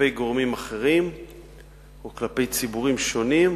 כלפי גורמים אחרים או כלפי ציבורים שונים,